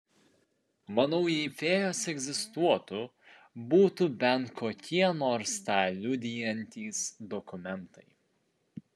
manau jei fėjos egzistuotų būtų bent kokie nors tą liudijantys dokumentai